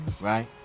right